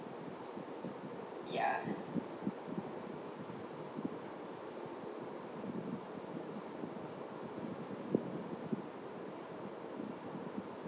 ya